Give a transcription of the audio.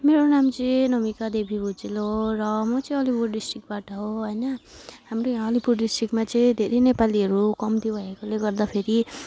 मेरो नाम चाहिँ नमिका देवी भुजेल हो र म चाहिँ अलिपुर डिस्ट्रिक्टबाट हो हैन हाम्रो यहाँ अलिपुर डिस्ट्रिक्टमा चाहिँ धेरै नेपालीहरू कम्ती भएकोले गर्दाखेरि